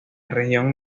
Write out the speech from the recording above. región